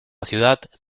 ciudad